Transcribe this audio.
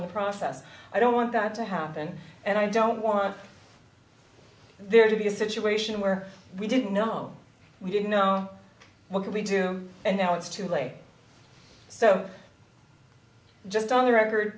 in the process i don't want that to happen and i don't want there to be a situation where we didn't know we didn't know what to do and now it's too late so just on the record